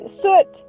soot